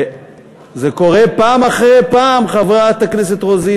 זה קורה פעם אחרי פעם, חברת הכנסת רוזין.